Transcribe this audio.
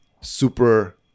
super